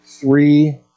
three